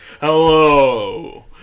Hello